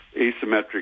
asymmetric